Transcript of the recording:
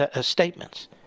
statements